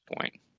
point